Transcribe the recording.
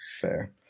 Fair